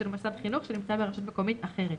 של מוסד חינוך שנמצא ברשות מקומית אחרת,